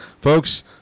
folks